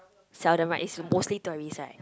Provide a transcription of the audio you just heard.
seldom right is mostly tourist right